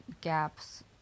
gaps